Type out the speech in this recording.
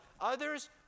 others